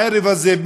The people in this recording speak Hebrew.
הערב הזה,